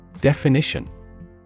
Definition